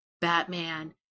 Batman